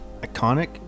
Iconic